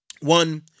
one